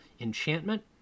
enchantment